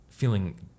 Feeling